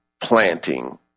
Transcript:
planting